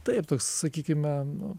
taip toks sakykime nu